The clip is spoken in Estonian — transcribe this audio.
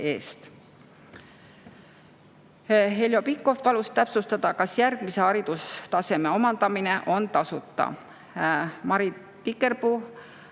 eest. Heljo Pikhof palus täpsustada, kas järgmise haridustaseme omandamine on tasuta. Mari Tikerpuu